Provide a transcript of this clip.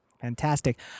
Fantastic